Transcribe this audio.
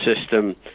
system